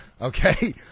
Okay